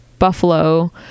buffalo